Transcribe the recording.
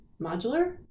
modular